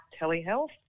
telehealth